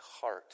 heart